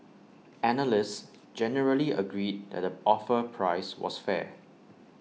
analysts generally agreed that the offer price was fair